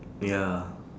ya